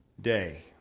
day